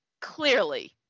clearly